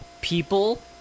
people